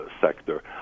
sector